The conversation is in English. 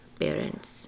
parents